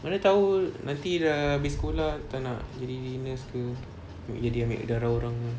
mana tahu nanti dah habis sekolah tak nak jadi nurse ke nak jadi ambil darah orang ke